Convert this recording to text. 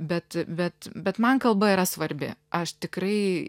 bet bet bet man kalba yra svarbi aš tikrai